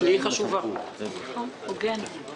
מברכים את זה, אין בעיה עם זה.